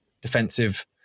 defensive